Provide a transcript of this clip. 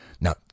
Now